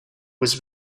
was